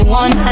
one